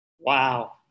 Wow